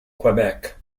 quebec